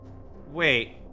Wait